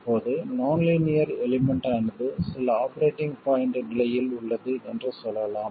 இப்போது நான் linear element ஆனது சில ஆபரேட்டிங் பாய்ண்ட் நிலையில் உள்ளது என்று சொல்லலாம்